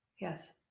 Yes